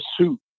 suit